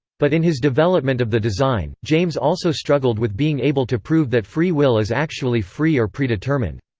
but in his development of the design, james also struggled with being able to prove that free will is actually free or predetermined.